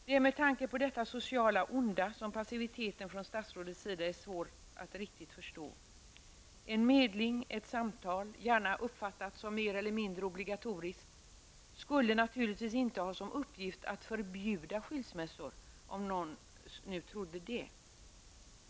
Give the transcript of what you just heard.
Det är med tanke på detta sociala onda som passiviteten från statsrådets sida är svår att riktigt förstå. En medling, ett samtal, gärna uppfattat som mer eller mindre obligatoriskt, skulle naturligtvis inte ha som uppgift att förbjuda skilsmässor, om någon nu trodde det.